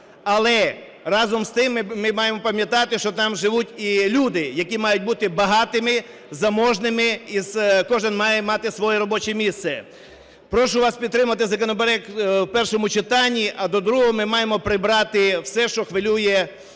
Але разом з тим, ми маємо пам'ятати, що там живуть і люди, які мають бути багатими, заможними, і кожен має мати своє робоче місце. Прошу вас підтримати законопроект у першому читанні, а до другого ми маємо прибрати все, що хвилює мене